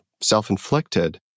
self-inflicted